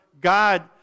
God